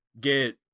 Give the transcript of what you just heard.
get